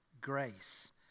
grace